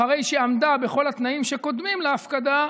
אחרי שעמדה בכל התנאים שקודמים להפקדה,